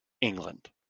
England